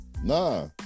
Nah